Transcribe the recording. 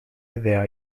idea